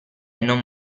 non